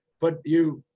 but you,